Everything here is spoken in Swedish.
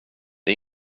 det